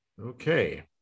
Okay